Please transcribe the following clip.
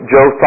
Joe